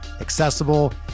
accessible